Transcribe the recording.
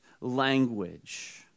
language